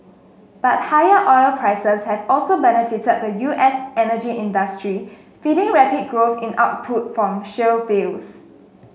but higher oil prices have also benefited the U S energy industry feeding rapid growth in output from shale fields